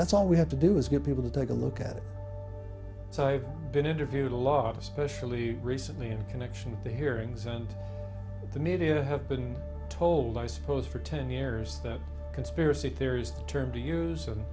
that's all we have to do is get people to take a look at it so i've been interviewed a lot especially recently in connection to hearings and the media have been told i suppose for ten years that conspiracy theories the term to use and